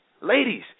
Ladies